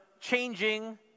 changing